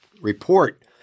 report